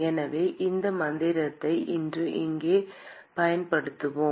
எனவே இந்த மந்திரத்தை இன்று இங்கே பயன்படுத்துவோம்